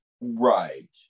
right